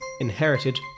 inherited